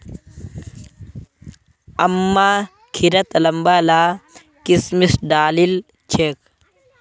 अम्मा खिरत लंबा ला किशमिश डालिल छेक